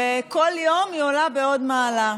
וכל יום היא עולה בעוד מעלה.